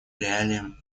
реалиям